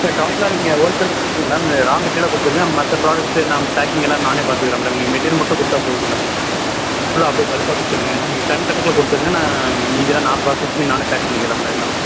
இல்லை டோட்லாக நீங்கள் ஹோல்சேலாக கொடுத்துருங்க மேம் ரா மெட்டிரீயலாக கொடுத்துருங்க மற்ற புராடக்ட்ஸ் நாம் பேக்கிங் எல்லாம் நானே பார்த்துக்கிறேன் மேடம் நீங்கள் மெட்டீரியல் மட்டும் கொடுத்தாப் போதும் மேடம் ஃபுல்லாக அப்படியே பல்காக கொடுத்துர்றீங்க நீங்கள் டன் கணக்கில் கொடுத்துருங்க நான் மீதிலாம் நான் பிராஸஸ் பண்ணி நானே பேக் பண்ணிக்கிறேன் மேம் எல்லாமே